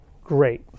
Great